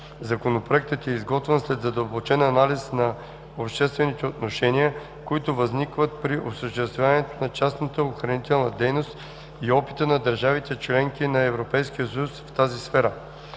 Законопроектът е изготвен след задълбочен анализ на обществените отношения, които възникват при осъществяването на частната охранителна дейност и опита на държавите – членки на Европейския съюз, в тази сфера.